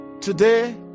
Today